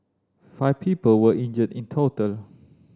five people were injured in total